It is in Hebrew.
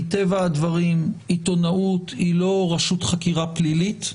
מטבע הדברים, עיתונאות היא לא רשות חקירה פלילית.